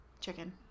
chicken